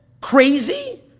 Crazy